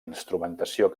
instrumentació